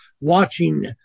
watching